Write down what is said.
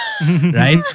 Right